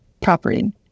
property